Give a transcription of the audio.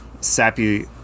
sappy